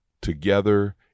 together